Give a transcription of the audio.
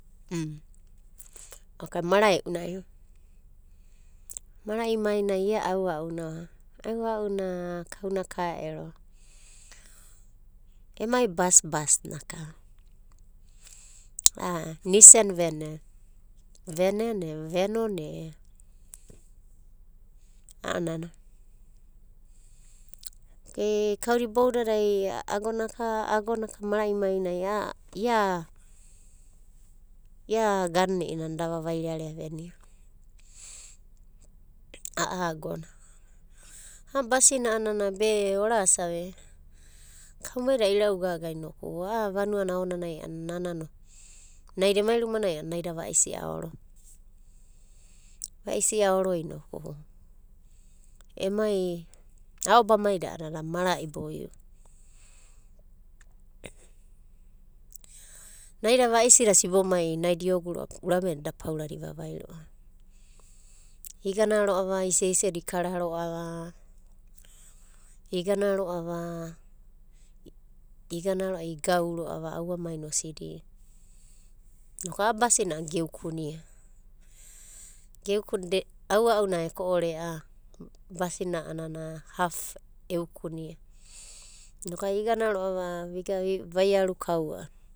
Mara'iunai, mara'imainai ia aua'una, aua'una kauna ka ero. Emai bas bas na a'a nisen venen e venon ea, a'anana okei kauda boudadai agona ka, agonaka mara'imai nai ia i'inana da vavairearea vena. A'a agonai a'a basi a'anana be orasave kaumaida ira'ugaga inoku a'a vanuana aonanai a'ana naida emai rumanai a'ana naida va'isi aoro. Vaisi aoro inoku emai, a'obamai da a'ana mara'i boio. Naida va'isida sibomai naida iogu ro'a urameda eda paurada ivavai ro'ava. Igana ro'ava iseisedia ikara ro'ava. Igana ro'ava, igana ro'ava i gau ro'ava auamaina osidi inoku a'a basi na a'ana geukunia, geukunda. Aua'una eko'ore basi na a'anana haf eukunia inokai igana ro'ava viga vi vairukau a'ana.